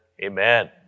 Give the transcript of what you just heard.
Amen